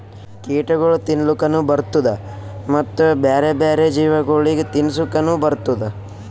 ಕೀಟಗೊಳ್ ತಿನ್ಲುಕನು ಬರ್ತ್ತುದ ಮತ್ತ ಬ್ಯಾರೆ ಬ್ಯಾರೆ ಜೀವಿಗೊಳಿಗ್ ತಿನ್ಸುಕನು ಬರ್ತ್ತುದ